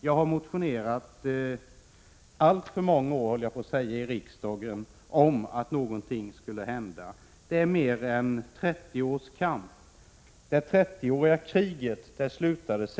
Jag har motionerat alltför många år, höll jag på att säga, i riksdagen om att någonting skall göras.